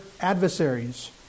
adversaries